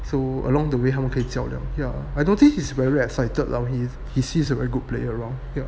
so along the way 他们可以较量 yeah I don't think he's very excited now he's he's he's a very good play around here